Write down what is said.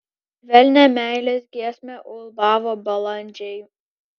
švelnią meilės giesmę ulbavo balandžiai